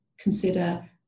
consider